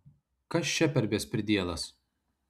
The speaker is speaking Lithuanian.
kas čia per bespridielas